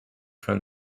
from